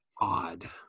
Odd